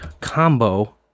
combo